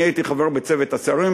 אני הייתי חבר בצוות השרים,